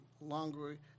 longer